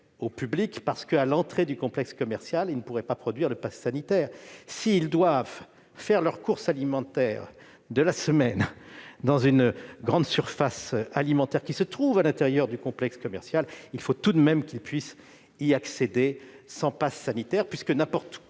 au public, parce que, à l'entrée du complexe commercial, celui-ci ne pourrait pas produire le passe sanitaire. Si nos concitoyens doivent faire leurs courses alimentaires de la semaine dans une grande surface alimentaire qui se trouve à l'intérieur du complexe commercial, il faut tout de même qu'ils puissent y accéder sans passe sanitaire, puisque, n'importe où